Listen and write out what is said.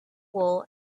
wool